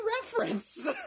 reference